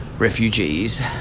refugees